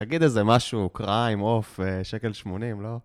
תגיד איזה משהו, כרעיים, עוף, שקל 80, לא?